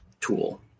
tool